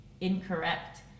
incorrect